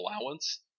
allowance